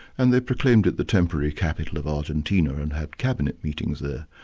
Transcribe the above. and they proclaimed it the temporary capital of argentina, and had cabinet meetings there,